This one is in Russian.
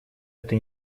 эту